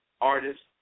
artists